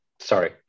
sorry